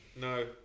No